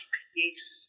peace